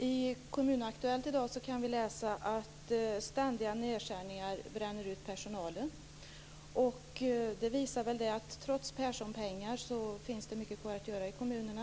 Fru talman! I Kommun Aktuellt kan vi i dag läsa att ständiga nedskärningar bränner ut personalen. Det visar att det trots Perssonpengar finns mycket kvar att göra i kommunerna.